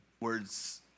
words